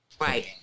Right